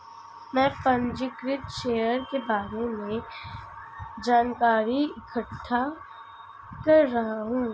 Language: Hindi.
मैं पंजीकृत शेयर के बारे में जानकारी इकट्ठा कर रहा हूँ